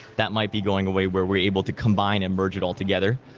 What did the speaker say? that might be going away where we're able to combine and merge it altogether.